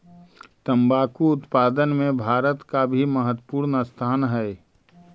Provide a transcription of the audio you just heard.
तंबाकू उत्पादन में भारत का भी महत्वपूर्ण स्थान हई